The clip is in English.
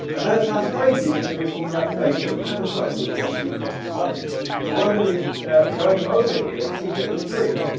and know that sounds crazy because we're talking about facebook advertising which obviously costs money so what i'm going to be going over here in secret number and three?